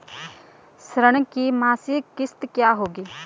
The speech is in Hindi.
ऋण की मासिक किश्त क्या होगी?